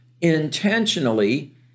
intentionally